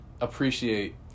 Appreciate